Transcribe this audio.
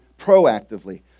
proactively